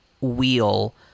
wheel